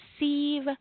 receive